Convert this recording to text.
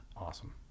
awesome